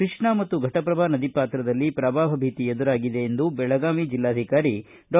ಕೃಷ್ಣಾ ಮತ್ತು ಘಟಪ್ರಭಾ ನದಿಪಾತ್ರದಲ್ಲಿ ಪ್ರವಾಹ ಭೀತಿ ಎದುರಾಗಿದೆ ಎಂದು ಬೆಳಗಾವಿ ಜಿಲ್ಲಾಧಿಕಾರಿ ಡಾ